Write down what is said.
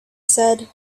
said